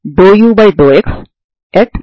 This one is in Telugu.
కాబట్టి మీకు లభించే ఏకైక పరిష్కారం ఇదే